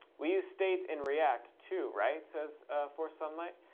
we use states in react, too, right? says forsunlight.